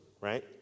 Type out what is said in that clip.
right